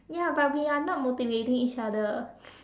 ya but we are not motivating each other